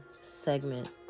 segment